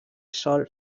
sol